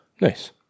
Nice